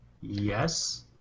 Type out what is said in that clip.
Yes